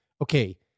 okay